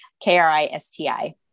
K-R-I-S-T-I